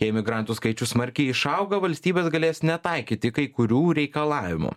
jei emigrantų skaičių smarkiai išauga valstybės galės netaikyti kai kurių reikalavimų